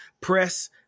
press